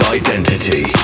identity